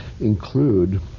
include